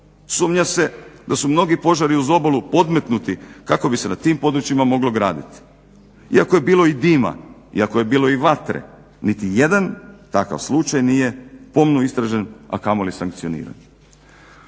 Sumnja se da su mnogi požari uz obalu podmetnuti kako bi se na tim područjima moglo graditi. Iako je bilo i dima, iako je bilo i vatre niti jedan takav slučaj nije pomno istražen a kamoli sankcioniran.